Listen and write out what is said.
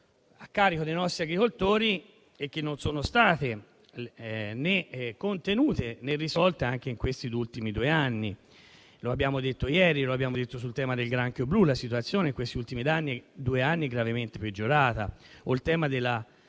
a carico dei nostri agricoltori, ma non sono state né contenute né risolte anche in questi ultimi due anni. Lo abbiamo detto ieri sul tema del granchio blu, rispetto al quale la situazione in questi ultimi due anni è gravemente peggiorata, o sul tema della